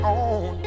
on